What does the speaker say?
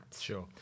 Sure